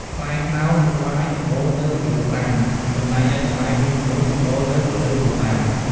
ផ្លែខ្នុរ និងស្វាយសម្បូរនៅរដូវប្រាំង ចំណែកឯបន្លែមួយចំនួនសម្បូរនៅរដូវវស្សា។